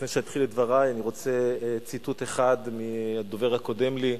לפני שאתחיל את דברי אני רוצה לומר ציטוט אחד מהדובר הקודם לי.